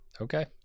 Okay